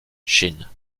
chine